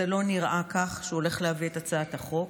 זה לא נראה כך שהוא הולך להביא את הצעת החוק.